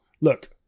Look